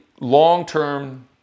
long-term